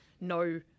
no